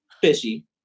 fishy